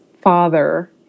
father